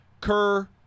Kerr